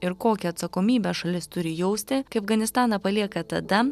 ir kokią atsakomybę šalis turi jausti kai afganistaną palieka tada